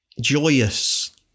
joyous